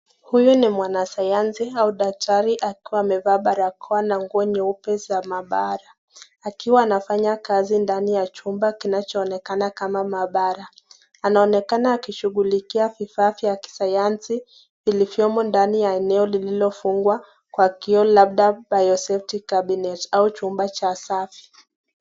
Huyu ni mwana sayansi au daktari akiwa amevaa barakoa na nguo nyeupe za maabara. Akiwa anafanya kazi ndani ya chumba kinacho onekana kama maabara. Anaonekana akishugulikia vifaa vya kisayansi iliyvomo ndani ya eneo iliyo fungwa kwa kioo labda bioseptic cabinet au chumba cha safi.